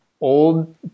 old